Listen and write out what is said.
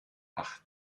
ach